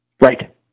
Right